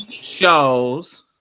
shows